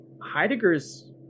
Heidegger's